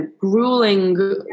grueling